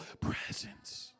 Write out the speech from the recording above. presence